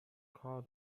کار